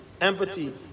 empathy